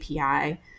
API